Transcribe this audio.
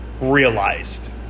realized